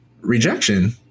Rejection